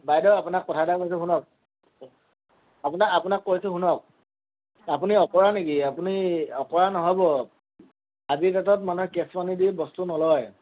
বাইদেউ আপোনাক কথা এটা কৈছোঁ শুনক আপোনাক আপোনাক কৈছোঁ শুনক আপুনি অকৰা নেকি আপুনি অকৰা নহ'ব আজিৰ ডেটত মানুহে কেচ দি বস্তু নলয়